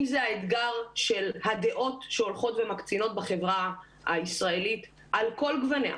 אם זה האתגר של הדעות שהולכות ומקצינות בחברה הישראלית על כל גווניה.